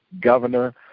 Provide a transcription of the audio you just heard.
Governor